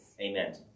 Amen